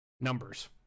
numbers